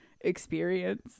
experience